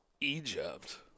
Egypt